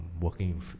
working